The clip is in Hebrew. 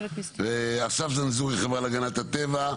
אסף זנזורי, החברה להגנת הטבע.